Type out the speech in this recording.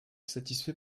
satisfait